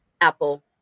Apple